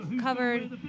covered